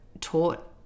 taught